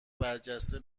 برجسته